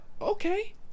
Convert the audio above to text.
okay